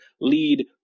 lead